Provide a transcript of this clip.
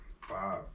five